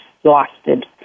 exhausted